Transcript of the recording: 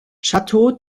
château